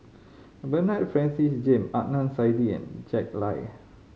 Bernard Francis James Adnan Saidi and Jack Lai